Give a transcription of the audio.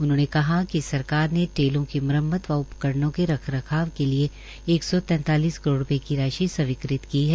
उन्होंने कहा कि सरकार ने टेलों की मरम्मत व उपकरणों के रख रखाव के लिए एक सौ तैतालिस करोड़ रूपये की राशि स्वीकृत की है